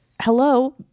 hello